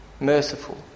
merciful